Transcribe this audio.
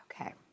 Okay